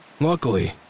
Luckily